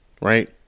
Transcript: right